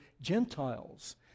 Gentiles